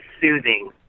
soothing